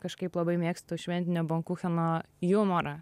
kažkaip labai mėgstu šventinio bankucheno jumorą